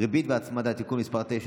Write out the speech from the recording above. ריבית והצמדה (תיקון מס' 9),